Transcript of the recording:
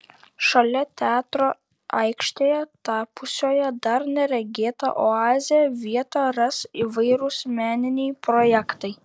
šalia teatro aikštėje tapusioje dar neregėta oaze vietą ras įvairūs meniniai projektai